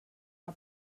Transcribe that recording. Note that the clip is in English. are